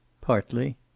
Partly